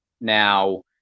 now